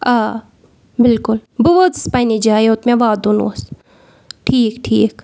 آ بالکل بہٕ وٲژٕس پنٛنے جاے یوٚت مےٚ واتُن اوس ٹھیٖک ٹھیٖک